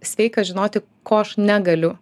sveika žinoti ko aš negaliu